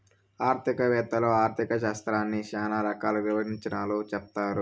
ఆర్థిక వేత్తలు ఆర్ధిక శాస్త్రాన్ని శ్యానా రకాల నిర్వచనాలు చెప్పారు